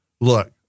look